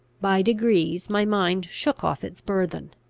by degrees my mind shook off its burthen.